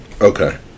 Okay